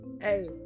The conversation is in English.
Hey